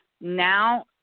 Now